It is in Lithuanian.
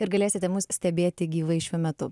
ir galėsite mus stebėti gyvai šiuo metu